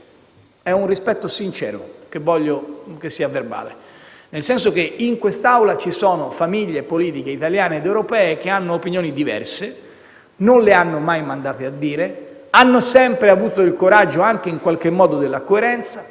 È un rispetto sincero che voglio rimanga agli atti. Nel senso che in quest'Assemblea ci sono famiglie politiche italiane ed europee che hanno opinioni diverse, non le hanno mai mandate a dire, hanno sempre avuto il coraggio della coerenza: